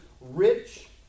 rich